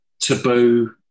Taboo